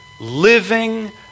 living